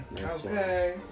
Okay